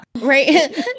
Right